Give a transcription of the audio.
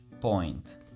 point